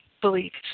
beliefs